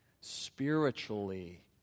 spiritually